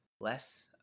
less